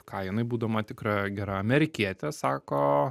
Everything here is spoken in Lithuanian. ką jinai būdama tikra gera amerikietė sako